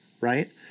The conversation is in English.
right